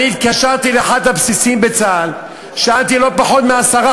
התקשרתי לאחד הבסיסים בצה"ל ושאלתי לא פחות מעשרה